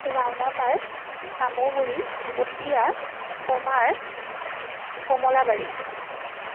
Raona Par Samaguri Patiya Kamar Kamalabari